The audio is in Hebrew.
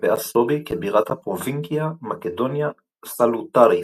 נקבעה סטובי כבירת הפרובינקיה 'מקדוניה סלוטריס'.